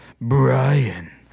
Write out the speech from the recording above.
Brian